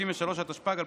התשפ"ב 2021,